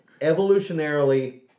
evolutionarily